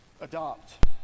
adopt